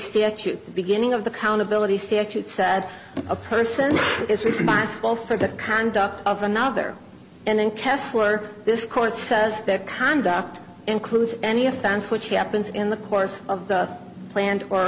statute the beginning of the countability statute said a person is responsible for the conduct of another and then kessler this court says their conduct includes any offense which happens in the course of the planned or